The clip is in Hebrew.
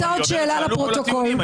עלו כל הטיעונים.